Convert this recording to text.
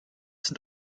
sind